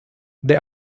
they